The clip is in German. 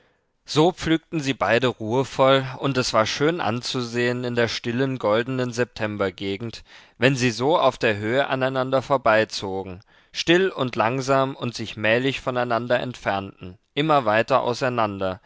so pflügten sie beide ruhevoll und es war schön anzusehen in der stillen goldenen septembergegend wenn sie so auf der höhe aneinander vorbeizogen still und langsam und sich mählich voneinander entfernten immer weiter auseinander